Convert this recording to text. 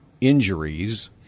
injuries